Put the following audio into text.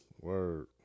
Word